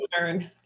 learn